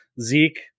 Zeke